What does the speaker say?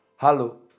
Hello